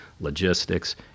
logistics